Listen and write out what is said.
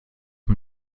man